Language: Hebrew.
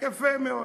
יפה מאוד.